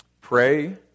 pray